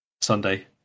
Sunday